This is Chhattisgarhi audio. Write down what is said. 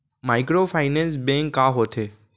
माइक्रोफाइनेंस बैंक का होथे?